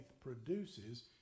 produces